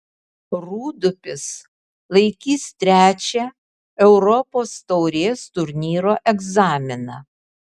rūdupis laikys trečią europos taurės turnyro egzaminą